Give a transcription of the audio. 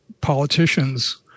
politicians